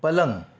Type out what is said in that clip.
पलंग